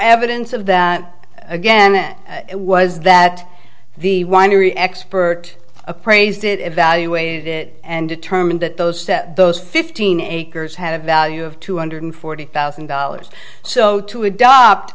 evidence of that again it was that the winery expert appraised it evaluated it and determined that those those fifteen acres had a value of two hundred forty thousand dollars so to adopt